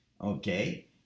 Okay